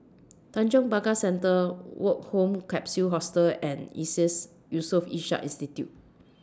Tanjong Pagar Centre Woke Home Capsule Hostel and ISEAS Yusof Ishak Institute